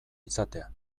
izatea